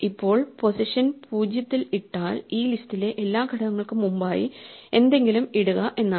ഇപ്പോൾ പൊസിഷൻ 0 യിൽ ഇട്ടാൽ ഈ ലിസ്റ്റിലെ എല്ലാ ഘടകങ്ങൾക്കും മുമ്പായി എന്തെങ്കിലും ഇടുക എന്നാണ്